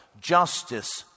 justice